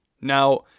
Now